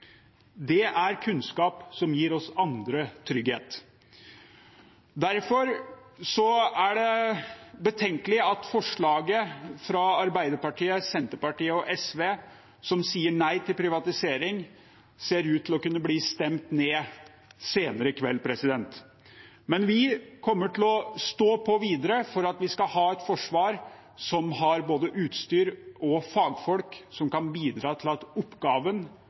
Det er kunnskap som gir oss andre trygghet. Derfor er det betenkelig at forslaget fra Arbeiderpartiet, Senterpartiet og SV som sier nei til privatisering, ser ut til å bli stemt ned senere i kveld. Men vi kommer til å stå på videre for at vi skal ha et forsvar som har både utstyr og fagfolk som kan bidra til at oppgaven